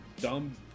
dumb